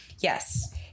Yes